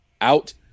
out